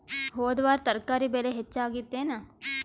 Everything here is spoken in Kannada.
ಹೊದ ವಾರ ತರಕಾರಿ ಬೆಲೆ ಹೆಚ್ಚಾಗಿತ್ತೇನ?